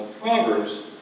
Proverbs